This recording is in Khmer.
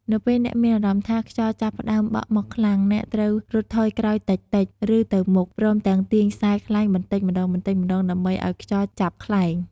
នៅពេលអ្នកមានអារម្មណ៍ថាខ្យល់ចាប់ផ្តើមបក់មកខ្លាំង អ្នកត្រូវរត់ថយក្រោយតិចៗ ឬទៅមុខ ព្រមទាំងទាញខ្សែខ្លែងបន្តិចម្តងៗ ដើម្បីឱ្យខ្យល់ចាប់ខ្លែង។